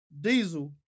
diesel